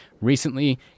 Recently